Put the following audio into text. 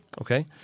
Okay